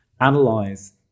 Analyze